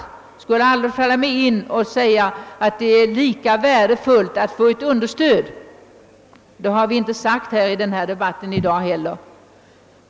Det skulle aldrig falla mig in att säga, att det är lika värdefullt att få understöd. Det har vi inte sagt i denna debait i dag heller.